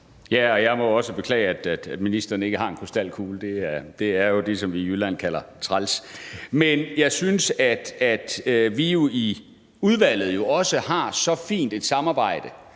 Jeg må også beklage, at ministeren ikke har en krystalkugle. Det er jo det, som vi i Jylland kalder træls. Men jeg synes, at vi i udvalget har så fint et samarbejde,